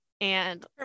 and-